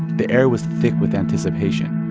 the air was thick with anticipation.